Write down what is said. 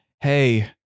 hey